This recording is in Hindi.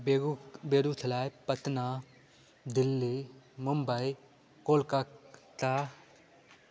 बेगू बेगूसराय पटना दिल्ली मुंबई कोलकाता